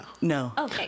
No